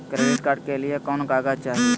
Credit card के लिए कौन कागज चाही?